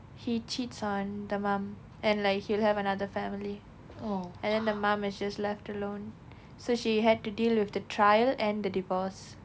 he cheats on the mom and like he'll have another family and then the mum is just left alone so she had to deal with the trial and the divorce